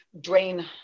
drain